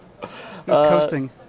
Coasting